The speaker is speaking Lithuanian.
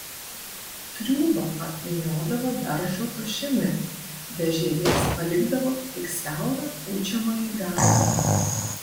triūbą apvyniodavo beržo tošimi be žievės palikdavo tik siaurą pučiamąjį galą